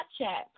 Snapchat